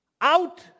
out